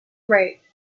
rape